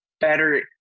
better